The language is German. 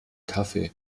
kaffee